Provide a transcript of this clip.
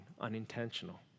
unintentional